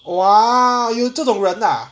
!wah! 有这种人 ah